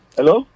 Hello